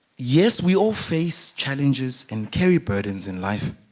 years we all face challenges and carry pardons in life